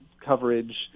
coverage